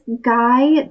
guy